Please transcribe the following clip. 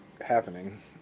happening